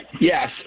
Yes